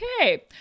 Okay